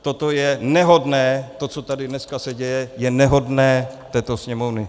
Toto je nehodné to, co se tady dneska děje je nehodné této Sněmovny.